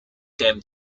them